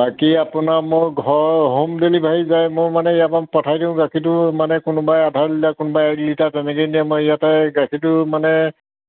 বাকী আপোনাৰ মোৰ ঘৰ হোম ডেলিভাৰী যায় মোৰ মানে ইয়াৰ পৰা পঠিয়াই দিওঁ গাখীৰটো মানে কোনোবাই আধা লিটাৰ কোনোবাই এক লিটাৰ তেনেকৈ নিয়ে মই ইয়াতে গাখীৰটো মানে